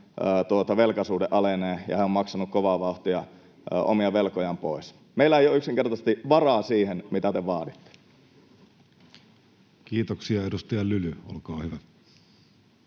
velkasuhde alenee ja he ovat maksaneet kovaa vauhtia omia velkojaan pois. Meillä ei ole yksinkertaisesti varaa siihen, mitä te vaaditte. Kiitoksia. — Edustaja Lyly, olkaa hyvä.